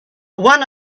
one